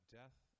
death